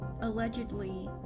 allegedly